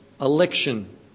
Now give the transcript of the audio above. election